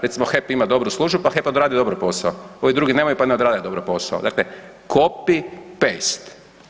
Recimo HEP ima dobru službu, pa HEP odradi dobro posao, ovi drugi nemaju pa ne odrade dobro posao, dakle copy-paste.